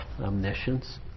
omniscience